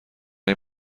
این